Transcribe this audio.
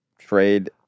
trade